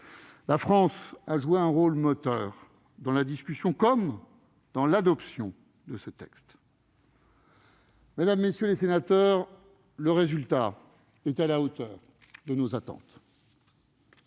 la France a joué un rôle moteur dans la discussion comme dans l'adoption de ce texte. Mesdames, messieurs les sénateurs, le résultat est à la hauteur de nos attentes.